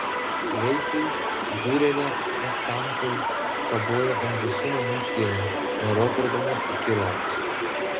greitai diurerio estampai kabojo ant visų namų sienų nuo roterdamo iki romos